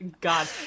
God